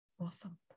Awesome